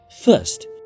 First